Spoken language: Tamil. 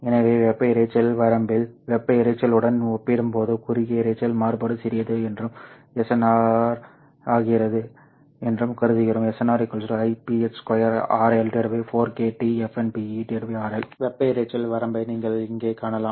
எனவே வெப்ப இரைச்சல் வரம்பில் வெப்ப இரைச்சலுடன் ஒப்பிடும்போது குறுகிய இரைச்சல் மாறுபாடு சிறியது என்றும் SNR ஆகிறது என்றும் கருதுகிறோம் வெப்ப இரைச்சல் வரம்பை நீங்கள் இங்கே காணலாம்